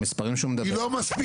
והמספרים שהוא מדבר --- היא לא מספיקה.